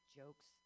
jokes